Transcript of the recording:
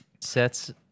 sets